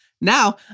Now